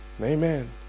Amen